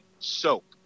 Soap